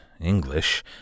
English